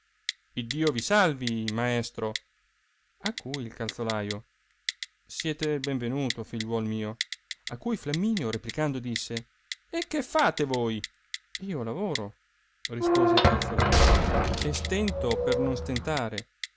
iddio vi salvi maestro a cui il calzolaio siate il ben venuto figliuol mio a cui fiamminio replicando disse e che fate voi io lavoro rispose il calzolaio e stento per non stentare